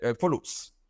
follows